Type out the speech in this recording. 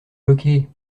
bloquée